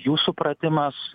jų supratimas